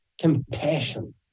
compassion